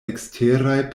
eksteraj